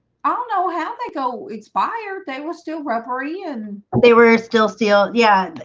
ah know how they go it's fired. they will still rubbery in they were still still. yeah,